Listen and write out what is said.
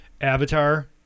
Avatar